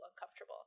uncomfortable